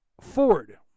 Ford